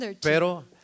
Pero